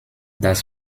das